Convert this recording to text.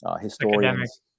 historians